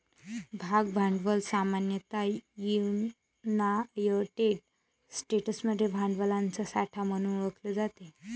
भाग भांडवल सामान्यतः युनायटेड स्टेट्समध्ये भांडवलाचा साठा म्हणून ओळखले जाते